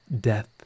death